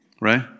Right